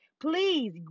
please